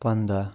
پَنٛداہ